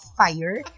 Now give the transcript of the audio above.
fire